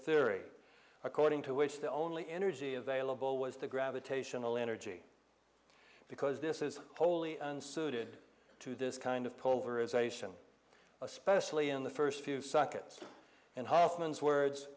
theory according to which the only energy available was the gravitational energy because this is wholly unsuited to this kind of polarization especially in the first few sockets and hoffman's words